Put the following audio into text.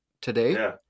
today